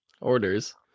orders